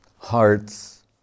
heart's